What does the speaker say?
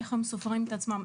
איך הם סופרים את עצמם?